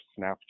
snapchat